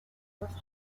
north